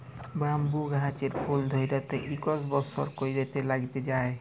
bamboo গাহাচের ফুল ধ্যইরতে ইকশ বসর ক্যইরে ল্যাইগে যায়